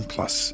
Plus